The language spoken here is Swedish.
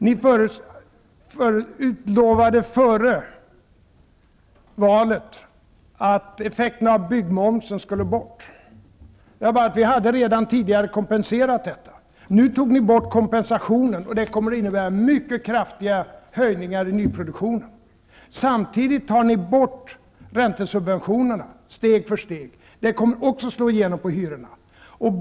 Ni i Centern utlovade före valet att effekterna av byggmomsen skulle bort. Men vi hade redan tidigare kompenserat detta. Nu tog ni bort kompensationen, vilket kommer att innebära mycket kraftiga höjningar i nyproduktionen. Samtidigt tar ni bort räntesubventionerna steg för steg. Det kommer också att slå igenom på hyrorna.